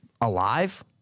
alive